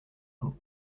cloud